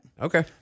Okay